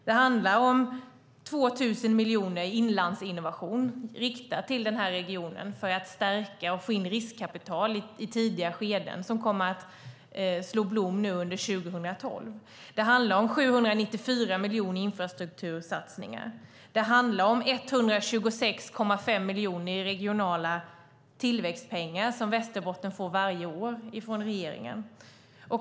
Det handlar om 2 000 miljoner i Inlandsinnovation riktat till regionen för att stärka och få in riskkapital i tidiga skeden som kommer att slå ut i blom under 2012. Det handlar om 794 miljoner i infrastruktursatsningar. Det handlar om 126,5 miljoner i regionala tillväxtpengar som Västerbotten får varje år från regeringen.